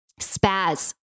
spaz